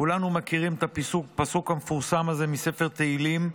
כולנו מכירים את הפסוק המפורסם הזה מספר תהילים,